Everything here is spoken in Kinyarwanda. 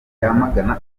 yamagana